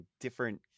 different